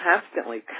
constantly